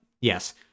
yes